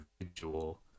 individual